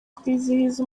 kwizihiza